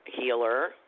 healer